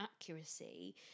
accuracy